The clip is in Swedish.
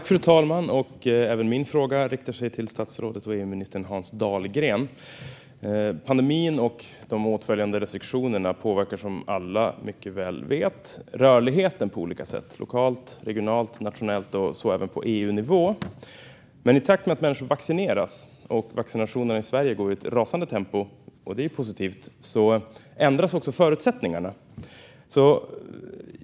Fru talman! Även min fråga riktar sig till statsrådet och EU-ministern Hans Dahlgren. Pandemin och de åtföljande restriktionerna påverkar som alla mycket väl vet rörligheten på olika sätt - lokalt, regionalt, nationellt och även på EU-nivå. Men i takt med att människor vaccineras - och vaccinationerna går ju i ett rasande tempo, vilket är positivt - ändras också förutsättningarna.